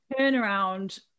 turnaround